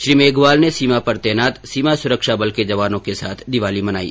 श्री मेघवाल ने सीमा पर तैनात सीमा सुरक्षा बल के जवानों के साथ दीवाली मनायी